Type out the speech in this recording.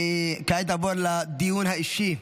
כעת נעבור לדיון האישי.